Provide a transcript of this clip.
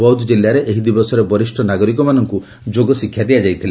ବୌଦ୍ଧ ଜିଲ୍ଲାରେ ଏହି ଦିବସରେ ବରିଷ୍ ନାଗରିକମାନଙ୍ଙ୍ ଯୋଗ ଶିକ୍ଷା ଦିଆଯାଇଥିଲା